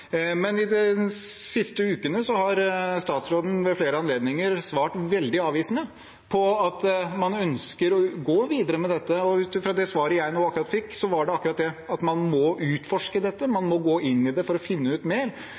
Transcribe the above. Men de siste ukene har statsråden ved flere anledninger svart veldig avvisende på at man ønsker å gå videre med dette. Ut fra det svaret jeg fikk akkurat nå, var det det at man må utforske dette, man må gå inn i det for å finne ut mer